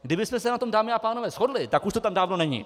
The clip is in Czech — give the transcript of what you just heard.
Kdybychom se na tom, dámy a pánové, shodli, tak už to tam dávno není!